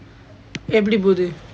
எப்படி பொது:eppadi pothu